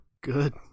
Good